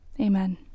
Amen